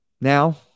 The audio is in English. Now